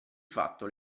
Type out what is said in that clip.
fatto